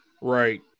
Right